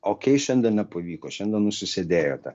okei šiandien nepavyko šiandien užsisėdėjote